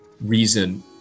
reason